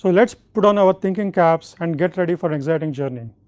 but let us put on our thinking caps and get ready for exciting journey.